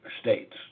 states